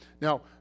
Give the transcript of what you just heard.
Now